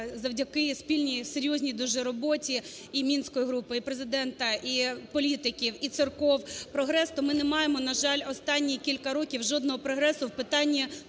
завдяки спільній серйозній дуже роботі і Мінської групи, і Президента, і політиків, і церков прогрес. То ми не маємо, на жаль, останні кілька років жодного прогресу в питанні